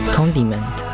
Condiment